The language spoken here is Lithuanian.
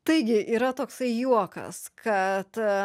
taigi yra toksai juokas kad